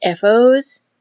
FOs